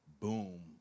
boom